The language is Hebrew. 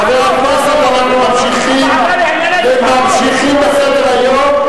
חברי הכנסת, אנחנו ממשיכים בסדר-היום.